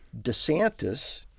DeSantis